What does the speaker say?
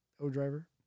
O-Driver